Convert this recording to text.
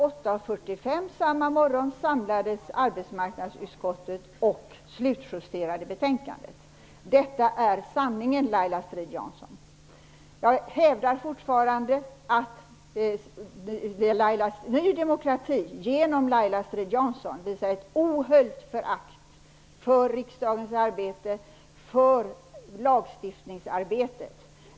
8.45 samma morgon samlades arbetsmarknadsutskottet och slutjusterade betänkandet. Detta är sanningen, Jag hävdar fortfarande att Ny demokrati genom Laila Strid-Jansson visar ett ohöljt förakt för riksdagens arbete och lagstiftningsarbetet.